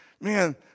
Man